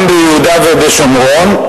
גם ביהודה ושומרון,